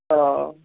हँ